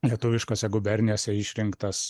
lietuviškose gubernijose išrinktas